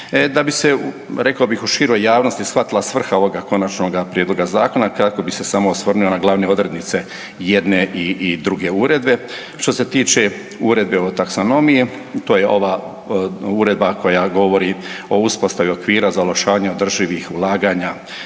Da bi se rekao bih u široj javnosti shvatila svrha ovoga konačnoga prijedloga zakona kratko bi se samo osvrnuo na glavne odrednice jedne i druge uredbe. Što se tiče Uredbe o taksonomiji to je ova uredba koja govori o uspostavi okvira za olakšavanje održivih ulaganja